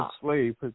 slave